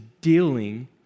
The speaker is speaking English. dealing